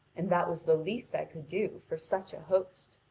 and that was the least i could do for such a host.